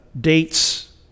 dates